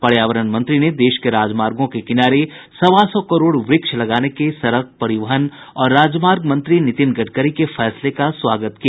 पर्यावरण मंत्री ने देश के राजमार्गों के किनारे सवा सौ करोड़ वृक्ष लगाने के सड़क परिवहन और राजमार्ग मंत्री नितिन गडकरी के फैसले का स्वागत किया